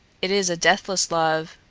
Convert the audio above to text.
it is a deathless love,